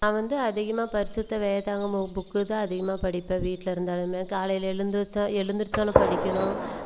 நான் வந்து அதிகமாக பரிசுத்த வேதாகம புக்குதான் அதிகமாக படிப்பேன் வீட்டில் இருந்தாலும் காலையில் எழுந்திருச்சால் எழுந்திரிச்சோன்ன படிக்கணும்